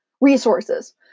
resources